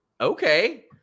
Okay